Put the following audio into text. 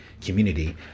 community